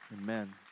Amen